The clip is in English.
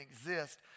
exist